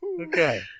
Okay